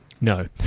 no